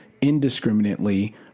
indiscriminately